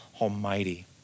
Almighty